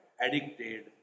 addicted